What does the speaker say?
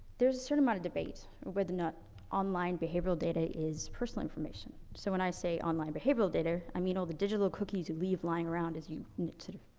there's a certain amount of debate of whether not online behavioural data is personal information. so when i say online behavioural data, i mean all the digital cookies you leave lying around as you, sort of,